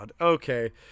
okay